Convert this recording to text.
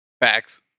facts